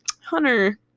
Hunter